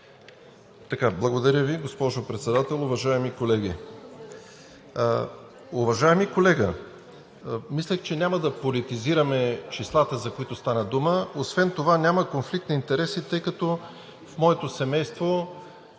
Благодаря Ви. Госпожо Председател, уважаеми колеги!